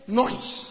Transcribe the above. noise